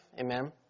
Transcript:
Amen